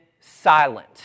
silent